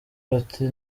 bati